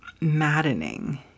maddening